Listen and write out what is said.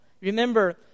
Remember